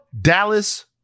Dallas